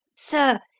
sir,